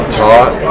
taught